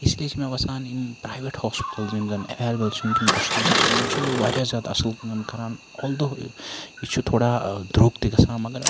اِسلیے چھِ مےٚ باسان یِم پرایویٹ ہوسپَٹَلز یِم زَن ایویلیبٕل چھِ وٕنکٮ۪ن کَشمیٖرَس مَنٛز یِم چھِ واریاہ زیادٕ اصل کٲم کَران آلدۄہ یہِ چھُ تھوڑا درٛوگ تہِ گَژھان مگر